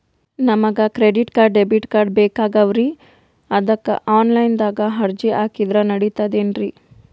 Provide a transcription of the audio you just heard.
ನಮಗ credit card, debit card ಬೇಕಾಗ್ಯಾವ್ರೀ ಅದಕ್ಕ ಆನಲೈನದಾಗ ಅರ್ಜಿ ಹಾಕಿದ್ರ ನಡಿತದೇನ್ರಿ?